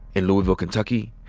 in louisville, kentucky,